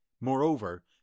Moreover